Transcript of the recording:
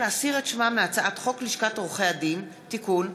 הצעת חוק להגנת חיית הבר (תיקון,